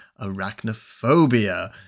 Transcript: Arachnophobia